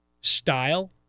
style